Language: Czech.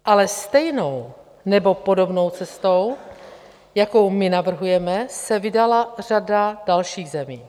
Ale stejnou nebo podobnou cestou, jakou my navrhujeme, se vydala řada dalších zemí.